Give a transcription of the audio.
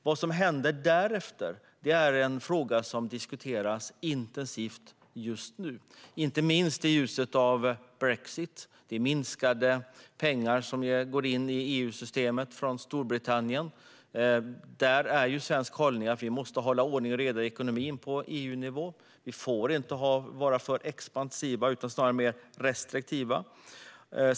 Vad som händer därefter är en fråga som diskuteras intensivt just nu, inte minst i ljuset av brexit. Det är minskade pengar som går in i EU-systemet från Storbritannien, och där är svensk hållning att vi på EU-nivå måste ha ordning och reda i ekonomin. Vi får inte vara för expansiva utan bör snarare vara mer restriktiva.